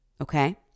Okay